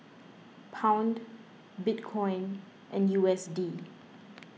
Pound Bitcoin and U S D